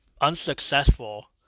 unsuccessful